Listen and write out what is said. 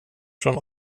från